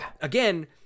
Again